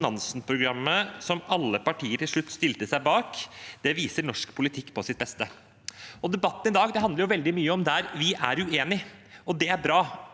Nansenprogrammet, som alle partier til slutt stilte seg bak, viser norsk politikk på sitt beste. Debatten i dag handler veldig mye om områder der vi er uenige. Det er bra,